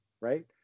right